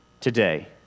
today